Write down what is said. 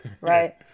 right